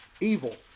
evil